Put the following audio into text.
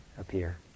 appear